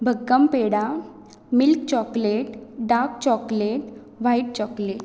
भक्कम peda milk chocolate dark chocolate white chocolate